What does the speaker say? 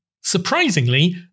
surprisingly